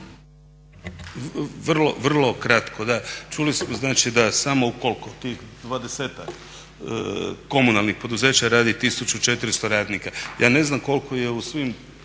Vrlo kratko. Čuli smo znači da samo tih 20-ak komunalnih poduzeća radi 1400 radnika. Ja ne znam koliko je u svim